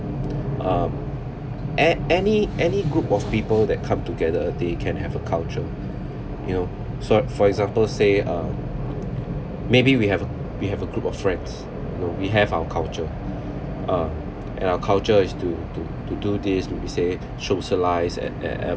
uh a~ any any group of people that come together they can have a culture you know so for example say uh maybe we have a we have a group of friends you know we have our culture uh and our culture is to to to do this to do say socialise and